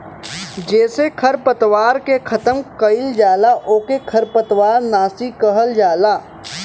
जेसे खरपतवार के खतम कइल जाला ओके खरपतवार नाशी कहल जाला